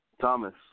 Thomas